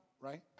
right